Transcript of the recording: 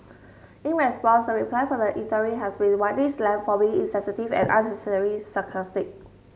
in response the reply from the eatery has been widely slammed for being insensitive and unnecessarily sarcastic